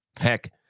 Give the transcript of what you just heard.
heck